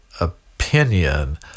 opinion